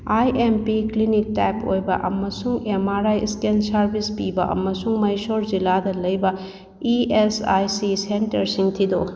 ꯑꯥꯏ M P clinic type ꯑꯣꯏꯕ ꯑꯃꯁꯨꯡ M R I scan service ꯄꯤꯕ ꯑꯃꯁꯨꯡ ꯃꯩꯁꯣꯔ ꯖꯤꯂꯥꯗ ꯂꯩꯕ ꯏ ꯑꯦꯁ ꯑꯥꯏ ꯁꯤ ꯁꯦꯟꯇꯔꯁꯤꯡ ꯊꯤꯗꯣꯛꯎ